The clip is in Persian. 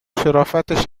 شرافتش